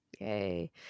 Yay